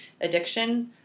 addiction